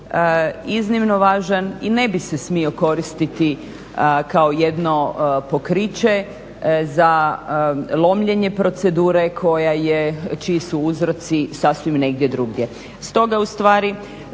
iznimno važan i ne bi se smio koristiti kao jedno pokriće za lomljenje procedure čiji su uzroci sasvim negdje drugdje.